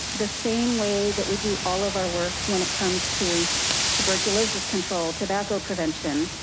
the same way that we do all of our work when it comes to tuberculosis control, tobacco prevention.